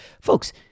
Folks